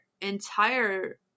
entire